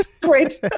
Great